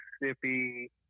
Mississippi